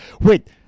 wait